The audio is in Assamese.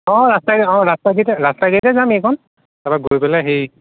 অঁ ৰাস্তাই অঁ ৰাস্তা গাড়ীতে যাম এইকণ তাপা গৈ পেলাই সেই